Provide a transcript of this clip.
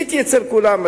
ניסיתי אצל כולם,